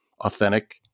authentic